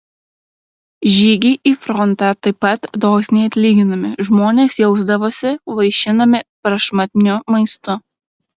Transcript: žygiai į frontą taip pat dosniai atlyginami žmonės jausdavosi vaišinami prašmatniu maistu